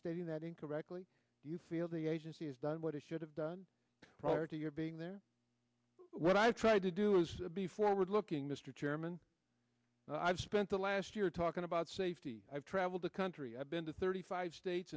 stating that incorrectly do you feel the agency has done what it should have done prior to your being there when i tried to do was be forward looking mr chairman i've spent the last year talking about safety i've traveled the country i've been to thirty five states